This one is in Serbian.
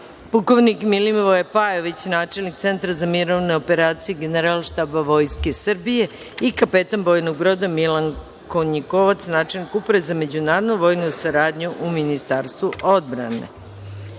pukovnik Milivoje Pajović načelnik Centra za mirovne operacije Generalštaba Vojske Srbije i kapetan bojnog broda Milan Konjikovac načelnik Uprave za međunarodnu vojnu saradnju u Ministarstvu odbrane. Molim